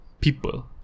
people